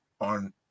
on